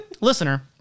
listener